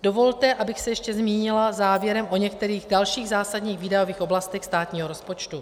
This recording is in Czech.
Dovolte, abych se ještě zmínila závěrem o některých dalších zásadních výdajových oblastech státního rozpočtu.